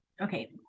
Okay